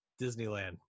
Disneyland